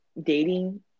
dating